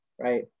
right